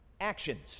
actions